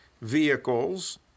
vehicles